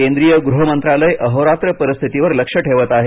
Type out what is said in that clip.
केंद्रीय गृह मंत्रालय अहोरात्र परिस्थितीवर लक्ष ठेवत आहे